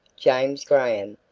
james graham,